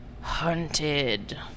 hunted